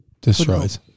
Destroys